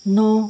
no